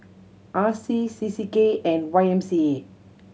R C C C K and Y M C A